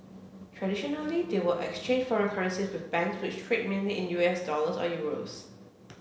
traditionally they would exchange foreign currencies with banks which trade mainly in U S dollars or euros